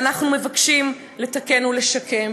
ואנחנו מבקשים לתקן ולשקם.